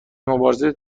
مبارزه